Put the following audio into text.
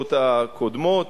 הממשלות הקודמות.